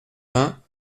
vingts